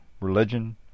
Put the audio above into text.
religion